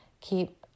keep